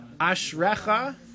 Ashrecha